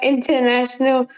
International